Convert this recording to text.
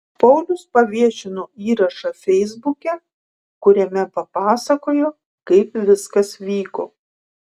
paulius paviešino įrašą feisbuke kuriame papasakojo kaip viskas vyko